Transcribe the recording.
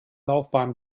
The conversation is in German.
laufbahn